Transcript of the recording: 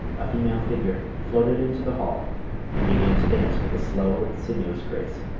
a female figure floated into the hall and began to dance with a slow and sinuous grace.